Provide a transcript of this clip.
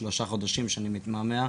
שלושה חודשים שאני מתמהמה,